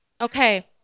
Okay